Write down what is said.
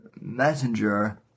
Messenger